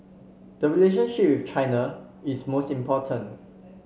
the relationship with China is most important